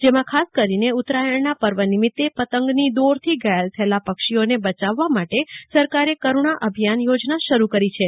જેમાં ખાસ કરીને ઉત્તરાયણનાં પર્વ નિમિત્તે પતંગની દોરથી ધાયલ થયેલા પક્ષીઓને બચાવવા માટે સરકારે કરૂણા અભિયાન યોજના શરૂ કરી છે